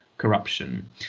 corruption